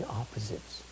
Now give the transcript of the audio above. opposites